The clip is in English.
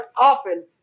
often